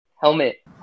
Helmet